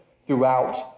throughout